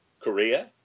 Korea